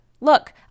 Look